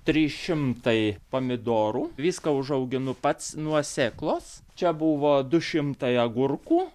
trys šimtai pomidorų viską užauginu pats nuo sėklos čia buvo du šimtai agurkų